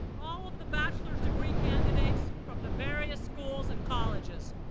all of the bachelor's degree candidates from the various schools and colleges.